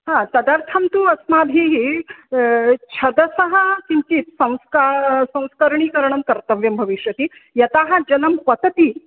हा तदर्थं तु अस्माभिः छदसः किञ्चित् संस्का संस्करीकरणं कर्तव्यं भविष्यति यतः जलम् पतति